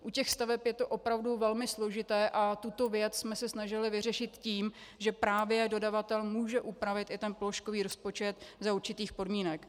U staveb je to opravdu velmi složité a tuto věc jsme se snažili vyřešit tím, že právě dodavatel může upravit i položkový rozpočet za určitých podmínek.